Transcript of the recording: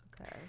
Okay